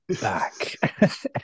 back